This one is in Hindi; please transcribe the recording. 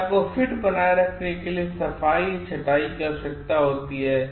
डेटा को फिट बनाने के लिए सफाई या छंटाई की आवश्यकता होती है